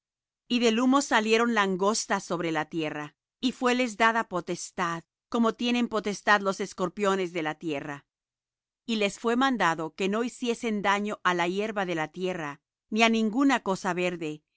y del humo salieron langostas sobre la tierra y fueles dada potestad como tienen potestad los escorpiones de la tierra y les fué mandado que no hiciesen daño á la hierba de la tierra ni á ninguna cosa verde